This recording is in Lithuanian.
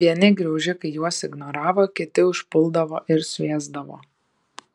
vieni graužikai juos ignoravo kiti užpuldavo ir suėsdavo